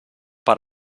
per